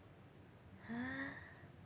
!huh!